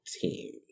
team